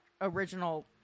original